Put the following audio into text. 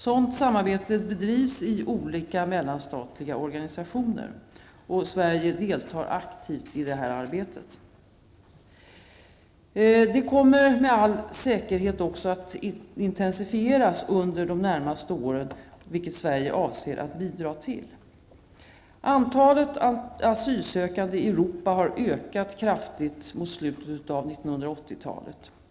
Sådant samarbete bedrivs i åtskilliga mellanstatliga organisationer. Sverige deltar aktivt i detta samarbete. Detta kommer med all säkerhet att intensifieras under de närmaste åren, vilket Sverige avser att bidra till. Antalet asylsökande i Europa har ökat kraftigt mot slutet av 1980-talet.